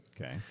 Okay